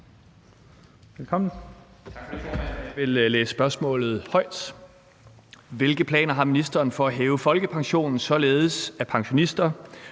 formand. Jeg vil læse spørgsmålet højt: Hvilke planer har ministeren for at hæve folkepensionen, således at pensionister